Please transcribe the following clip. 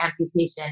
amputation